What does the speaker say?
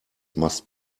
must